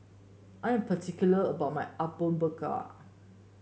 I'm particular about my Apom Berkuah